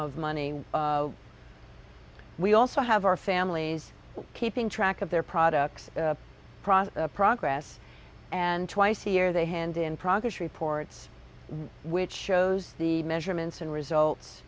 of money we also have our families keeping track of their products progress and twice a year they hand in progress reports which shows the measurements and results